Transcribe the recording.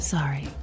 Sorry